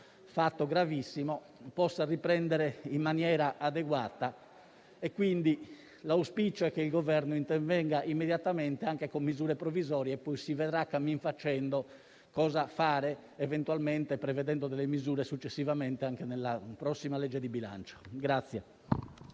fatto gravissimo, possa riprendere in maniera adeguata. Quindi, l'auspicio è che il Governo intervenga immediatamente, anche con misure provvisorie, e poi si vedrà strada facendo come agire, eventualmente prevedendo ulteriori misure successivamente, anche nella prossima legge di bilancio.